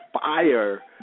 fire